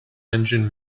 engine